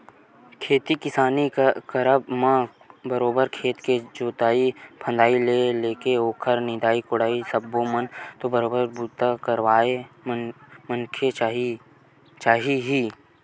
खेती किसानी करब म बरोबर खेत के जोंतई फंदई ले लेके ओखर निंदई कोड़ई सब्बो म तो बरोबर बूता करइया मनखे चाही ही